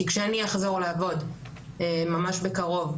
כי כשאני אחזור לעבוד ממש בקרוב,